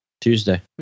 Tuesday